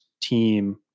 team